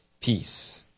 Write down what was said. peace